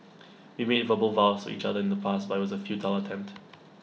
we made verbal vows to each other in the past but IT was A futile attempt